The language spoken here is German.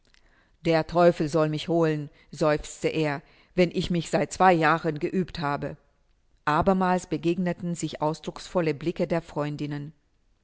der teufel soll mich holen seufzte er wenn ich mich seit zwei jahren geübt habe abermals begegneten sich ausdrucksvolle blicke der freundinnen